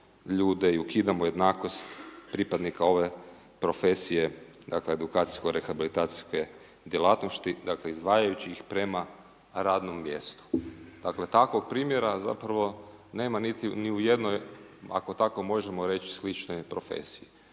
i ukidamo jednakost pripadnika ove profesije, dakle edukacijsko rehabilitacijske djelatnosti dakle izdvajajući ih prema radnom mjestu. Dakle takvog primjera zapravo nema ni u jednoj, ako tako možemo reći sličnoj profesiji,